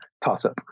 toss-up